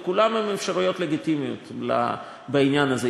וכולן אפשרויות לגיטימיות בעניין הזה.